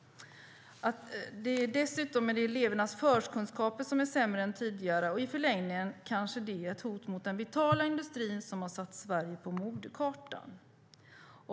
Dessutom sade de att elevernas förkunskaper är sämre än tidigare och att detta i förlängningen kan bli ett hot mot den vitala industri som har satt Sverige på modekartan.